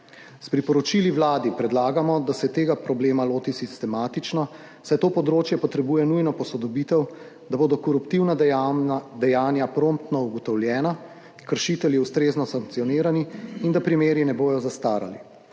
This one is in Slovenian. S priporočili Vladi predlagamo, da se tega problema loti sistematično, saj to področje potrebuje nujno posodobitev, da bodo koruptivna dejanja promptno ugotovljena, kršitelji ustrezno sankcionirani, in da primeri ne bodo zastarali.